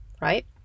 right